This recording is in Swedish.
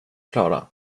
klara